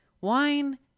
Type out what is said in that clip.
wine